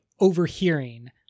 overhearing